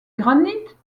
granit